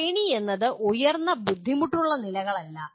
ശ്രേണി എന്നത് ഉയർന്ന ബുദ്ധിമുട്ടുള്ള നിലകളല്ല